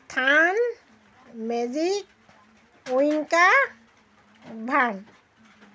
থান magic Winger ভান